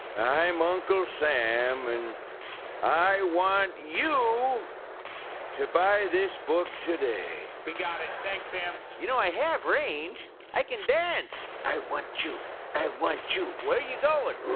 i'm uncle sam, and i want you to buy this book today. we got it. thanks, sam. you know, i have range. i can dance! i want you i want you where are you going.